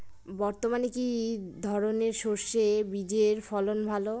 বর্তমানে কি ধরনের সরষে বীজের ফলন ভালো?